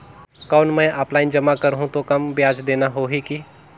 कौन मैं ऑफलाइन जमा करहूं तो कम ब्याज देना होही की?